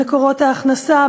במקורות ההכנסה,